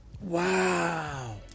Wow